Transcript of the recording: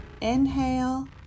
inhale